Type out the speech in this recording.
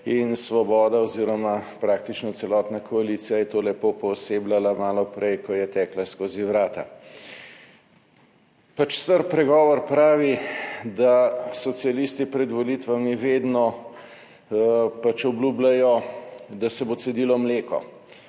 in Svoboda oziroma praktično celotna koalicija je to lepo poosebljala malo prej, ko je tekla skozi vrata. Pač star pregovor pravi, da socialisti pred volitvami vedno pač obljubljajo, da se bo cedilo mleko,